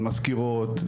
על מזכירות,